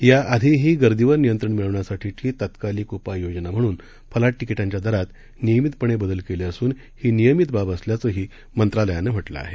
याआधीही गर्दीवर नियंत्रण मिळवण्यासाठीची तत्कालिक उपाययोना म्हणून फलाट तिकीटांच्या दरात नियमितपणे बदल केले असून ही नियमीत बाब असल्याचंही मंत्रालयानं म्हटलं आहे